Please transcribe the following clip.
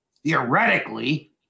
theoretically